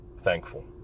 thankful